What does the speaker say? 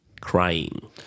crying